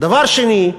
דבר שני,